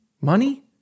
Money